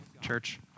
Church